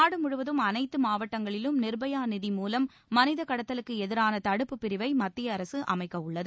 நாடு முழுவதும் அனைத்து மாவட்டங்களிலும் நிர்பயா நிதி மூலம் மளித கடத்தலுக்கு எதிரான தடுப்பு பிரிவை மத்திய அரசு அமைக்கவுள்ளது